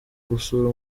gusura